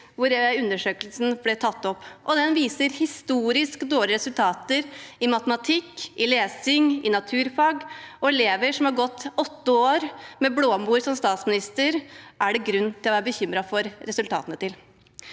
at undersøkelsen ble tatt opp, og den viser historisk dårlige resultater i matematikk, lesing og naturfag, og elever som har gått åtte år med Blåmor som statsminister, er det grunn til å være bekymret for resultatene til.